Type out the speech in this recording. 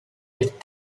with